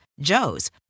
Joe's